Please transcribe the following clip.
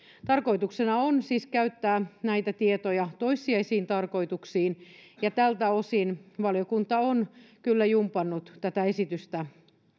tarkoituksena on siis käyttää näitä tietoja toissijaisiin tarkoituksiin ja tältä osin valiokunta on kyllä jumpannut tätä esitystä